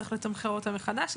שצריך לתמחר אותם מחדש.